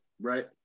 Right